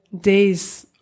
days